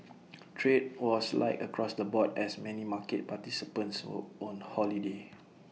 trade was light across the board as many market participants were on holiday